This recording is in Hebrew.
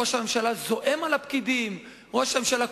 ראש הממשלה זועם על הפקידים, ראש הממשלה כועס,